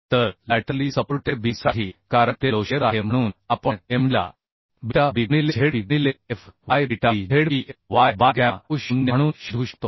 तर laterally supported बीमसाठी कारण ते लो शिअर आहे म्हणून आपण MDला बीटा B गुणिले zp गुणिले fy बीटाB zpfy बाय गॅमा u0 म्हणून शोधू शकतो